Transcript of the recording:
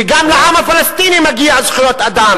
וגם לעם הפלסטיני מגיעות זכויות אדם.